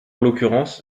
l’occurrence